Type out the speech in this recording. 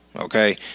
okay